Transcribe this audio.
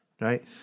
right